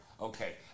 Okay